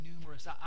numerous